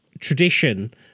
tradition